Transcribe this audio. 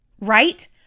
right